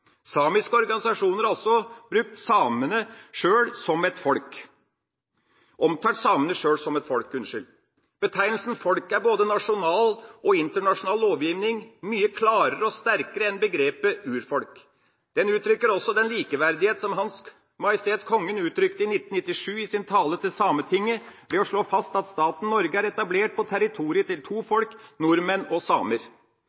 Samiske organisasjoner har også omtalt samene sjøl som et folk. Betegnelsen «folk» er i både nasjonal og internasjonal lovgivning mye klarere og sterkere enn begrepet «urfolk». Den uttrykker også den likeverdighet som H.M. Kongen uttrykte i 1997 i sin tale til Sametinget, ved å slå fast at staten Norge er etablert på territoriet til to